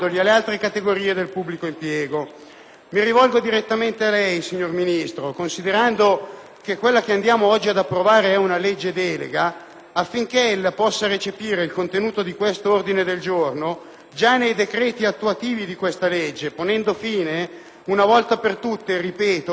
Mi rivolgo direttamente a lei, signor Ministro, considerando che ci accingiamo ad approvare un disegno di legge delega, affinché ella possa recepire il contenuto del citato ordine del giorno già nei decreti attuativi di questa legge, ponendo fine una volta per tutte ai privilegi delle *lobby*, delle caste